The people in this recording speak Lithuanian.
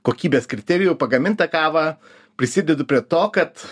kokybės kriterijų pagamintą kavą prisidedu prie to kad